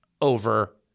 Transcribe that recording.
over